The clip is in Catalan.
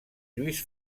lluís